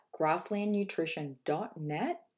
grasslandnutrition.net